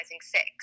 sex